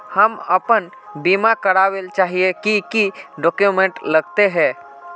हम अपन बीमा करावेल चाहिए की की डक्यूमेंट्स लगते है?